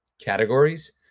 categories